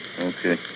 Okay